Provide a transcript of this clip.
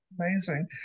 Amazing